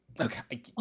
Okay